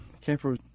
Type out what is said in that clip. Camper